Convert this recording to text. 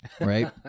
Right